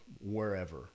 wherever